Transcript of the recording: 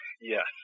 Yes